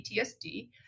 PTSD